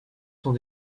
sont